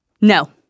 No